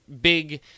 big